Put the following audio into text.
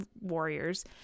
warriors